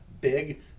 big